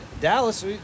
Dallas